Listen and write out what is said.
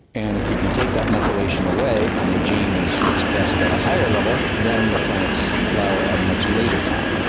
and if if you take that methylation away and the gene is expressed at a higher level, then the plants flower at a much later time.